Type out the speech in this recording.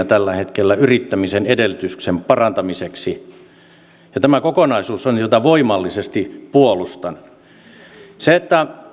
tällä hetkellä lukuisia toimia yrittämisen edellytysten parantamiseksi ja tämä kokonaisuus on se jota voimallisesti puolustan